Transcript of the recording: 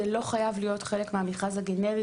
זה לא חייב להיות חלק מהמכרז הגנרי,